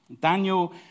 Daniel